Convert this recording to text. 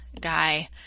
guy